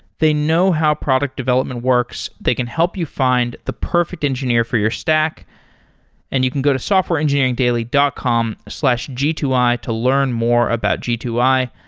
they know how product development works. they can help you find the perfect engineer for your stack and you can go to softwareengineeringdaily dot com slash g two i to learn more about g two i.